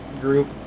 group